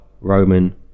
Roman